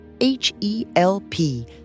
H-E-L-P